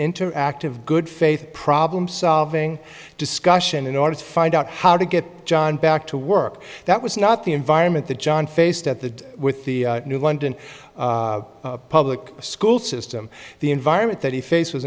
interactive good faith problem solving discussion in order to find out how to get john back to work that was not the environment that john faced at the with the new london public school system the environment that he face was